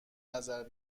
نظر